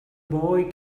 boy